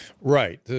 Right